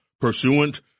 pursuant